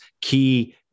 key